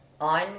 on